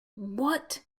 what